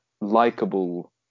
likable